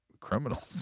criminal